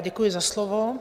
Děkuji za slovo.